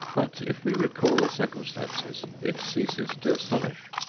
but if we recall the circumstances it ceases to astonish.